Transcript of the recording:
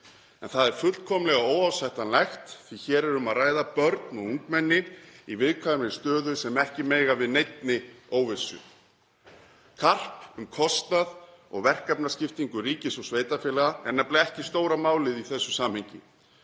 Það er fullkomlega óásættanlegt því að hér er um að ræða börn og ungmenni í viðkvæmri stöðu sem ekki mega við neinni óvissu. Karp um kostnað og verkefnaskiptingu ríkis og sveitarfélaga er nefnilega ekki stóra málið í þessu samhengi.